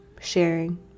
sharing